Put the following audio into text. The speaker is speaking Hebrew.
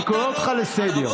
אני קורא אותך לסדר.